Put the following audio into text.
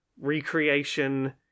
recreation